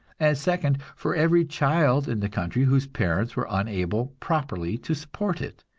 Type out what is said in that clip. and second for every child in the country whose parents were unable properly to support it,